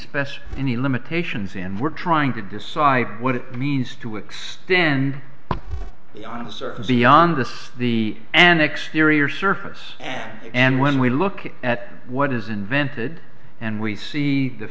special any limitations and we're trying to decide what it means to extend beyond the surface beyond this the an exterior surface and when we look at what is invented and we see the